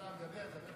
ותועבר לוועדת החוקה.